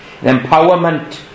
empowerment